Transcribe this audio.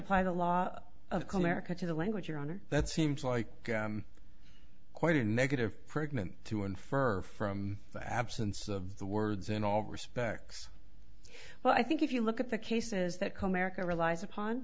to the language your honor that seems like quite a negative pregnant to infer from the absence of the words in all respects well i think if you look at the cases that comerica relies upon